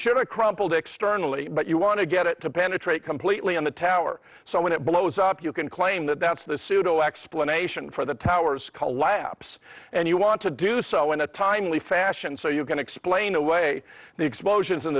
a crumpled externality but you want to get it to penetrate completely on the tower so when it blows up you can claim that that's the pseudo explanation for the towers collapse and you want to do so in a timely fashion so you can explain away the explosions